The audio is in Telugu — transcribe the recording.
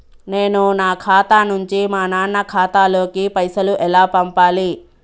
నేను నా ఖాతా నుంచి మా నాన్న ఖాతా లోకి పైసలు ఎలా పంపాలి?